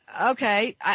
okay